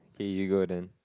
okay you go then